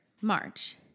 March